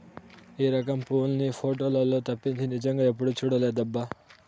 ఈ రకం పువ్వుల్ని పోటోలల్లో తప్పించి నిజంగా ఎప్పుడూ చూడలేదబ్బా